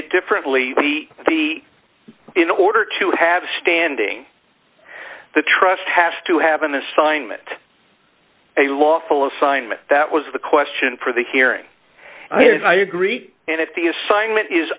it differently we see in order to have standing the trust has to have an assignment a lawful assignment that was the question for the hearing i agree and if the assignment is